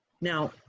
Now